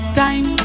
time